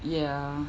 ya